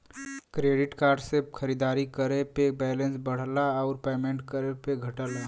credit card से खरीदारी करे पे बैलेंस बढ़ला आउर पेमेंट करे पे घटला